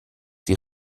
die